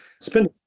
Spend